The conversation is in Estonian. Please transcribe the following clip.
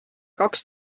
kaks